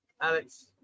Alex